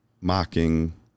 mocking